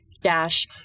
dash